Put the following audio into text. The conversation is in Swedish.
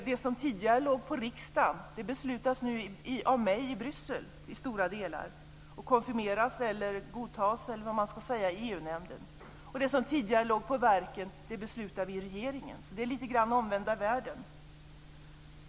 Det som tidigare låg på riksdagen beslutas nu till stora delar av mig i Bryssel och konfirmeras eller godtas - eller vad man nu ska säga - av EU-nämnden. Det som tidigare låg på verken beslutar vi nu i regeringen. Det är lite grann av omvända världar.